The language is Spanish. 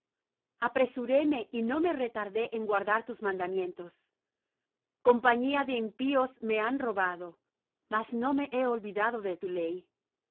apresuréme y no me retardé en guardar tus mandamientos compañía de impíos me han robado mas no me he olvidado de tu ley